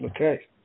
Okay